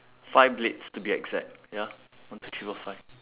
five blades to be exact ya one two three four five